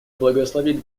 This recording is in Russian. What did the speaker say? благословит